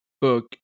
book